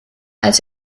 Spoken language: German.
als